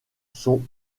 sont